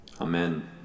Amen